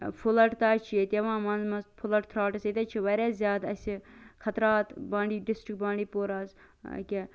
flood تہ حظ چھ ییٚتہِ یِوان مَنٛز مَنٛز فلڈ تھراٹس ییٚتہ حظ چھ واریاہ زیادٕ اَسہِ خَطرات بانڈی ڈِسٹرک بانڈی پورہَس حظ أکیاہ